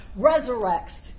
resurrects